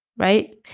Right